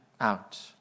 out